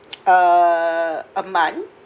uh a month